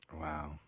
wow